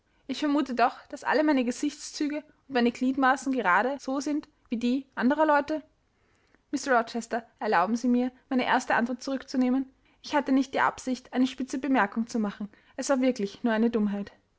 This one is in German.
ich vermute doch daß all meine gesichtszüge und meine gliedmaßen gerade so sind wie die anderer leute mr rochester erlauben sie mir meine erste antwort zurückzunehmen ich hatte nicht die absicht eine spitze bemerkung zu machen es war wirklich nur eine dummheit